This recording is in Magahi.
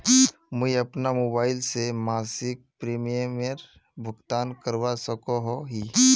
मुई अपना मोबाईल से मासिक प्रीमियमेर भुगतान करवा सकोहो ही?